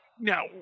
Now